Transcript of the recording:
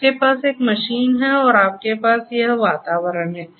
आपके पास एक मशीन है और आपके पास यह वातावरण है